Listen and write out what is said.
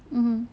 mmhmm